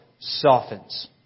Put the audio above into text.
softens